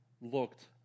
looked